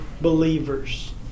believers